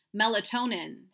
Melatonin